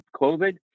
COVID